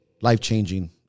life-changing